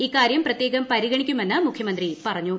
ഇക്കാര്യം പ്രത്യേകം പരിഗണിക്കുമെന്ന് മുഖ്യമന്ത്രി പറഞ്ഞു